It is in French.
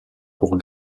pour